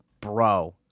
bro